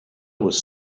was